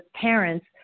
parents